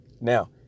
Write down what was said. Now